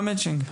כמה מאצ'ינג?